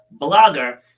blogger